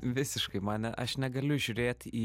visiškai mane aš negaliu žiūrėt į